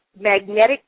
magnetic